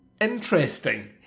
interesting